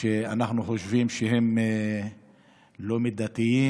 שאנחנו חושבים שהן לא מידתיות,